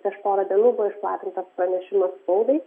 prieš porą dienų išplatintas pranešimas spaudai